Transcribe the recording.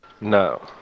No